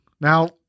Now